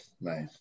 nice